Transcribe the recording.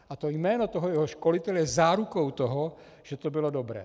A jméno jeho školitele je zárukou toho, že to bylo dobré.